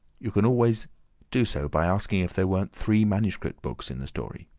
you can always do so by asking if there weren't three manuscript books in the story.